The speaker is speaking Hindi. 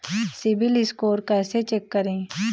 सिबिल स्कोर कैसे चेक करें?